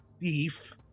thief